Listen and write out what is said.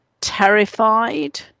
terrified